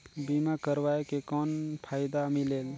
बीमा करवाय के कौन फाइदा मिलेल?